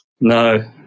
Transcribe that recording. No